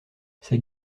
ces